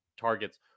targets